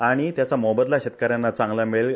आणि त्याचा मोबदला शेतकऱ्यांना चांगला मिळेल